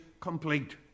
complete